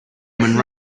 woman